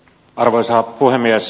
arvoisa puhemies